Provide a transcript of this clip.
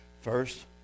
First